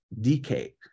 Decay